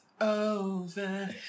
over